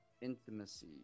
intimacy